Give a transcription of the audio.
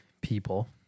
people